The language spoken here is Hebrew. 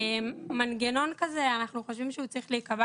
אנחנו חושבים שמנגנון כזה צריך להיקבע